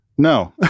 No